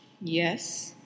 yes